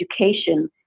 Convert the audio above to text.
education